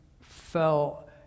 fell